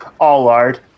Allard